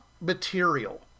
material